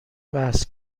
بحث